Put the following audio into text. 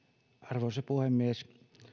arvoisa puhemies